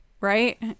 Right